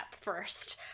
first